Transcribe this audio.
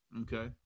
Okay